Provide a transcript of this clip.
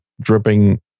dripping